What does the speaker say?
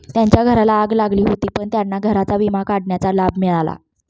त्यांच्या घराला आग लागली होती पण त्यांना घराचा विमा काढण्याचा लाभ मिळाला